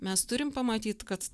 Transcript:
mes turim pamatyt kad